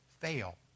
fail